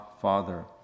Father